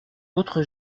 autre